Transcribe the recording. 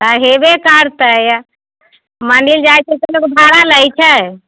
तऽ होयबे करतै मंदिर जाइत छै तऽ लोक भाड़ा लै छै